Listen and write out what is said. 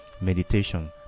meditation